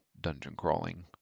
dungeon-crawling